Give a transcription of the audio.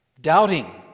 doubting